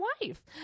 wife